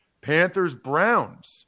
Panthers-Browns